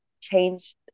change